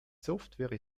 software